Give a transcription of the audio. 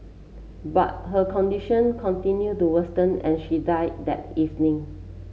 but her condition continued to and she died that evening